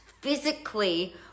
physically